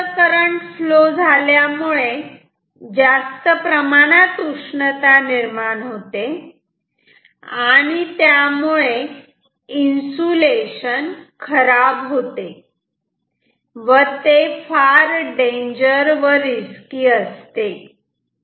जास्त current flow झाल्यामुळे जास्त प्रमाणात उष्णता निर्माण होते आणि त्यामुळे इन्सुलेशन खराब होते व ते फार डेंजर व रिस्की असते